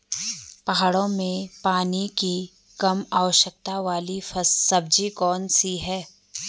पहाड़ों में पानी की कम आवश्यकता वाली सब्जी कौन कौन सी हैं?